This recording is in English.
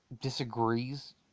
disagrees